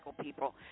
People